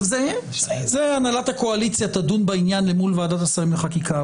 על זה הנהלת הקואליציה תדון בעניין מול ועדת שרים לחקיקה.